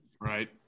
Right